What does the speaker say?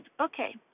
Okay